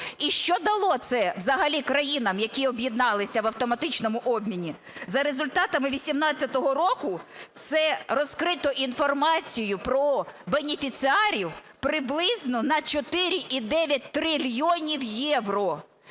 І що дало це взагалі країнам, які об'єдналися в автоматичному обміні? За результатами 18-го року – це розкрито інформацію про бенефіціарів приблизно на 4,9 трильйонів євро.